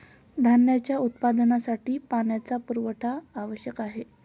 धान्याच्या उत्पादनासाठी पाण्याचा पुरवठा आवश्यक आहे